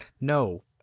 No